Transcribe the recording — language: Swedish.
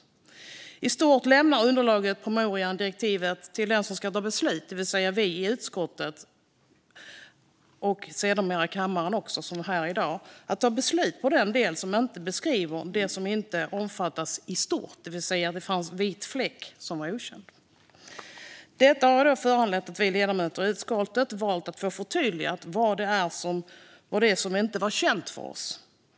I stort lämnade underlaget, promemorian och direktivet, åt den som ska ta beslut - alltså vi i utskottet och kammaren - att ta beslut på den del som inte beskriver vad som inte omfattas i stort. Det fanns alltså en vit fläck som var okänd. Detta föranledde då oss ledamöter i utskottet att be att få förtydligat vad det var som inte var känt för oss.